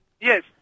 Yes